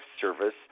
service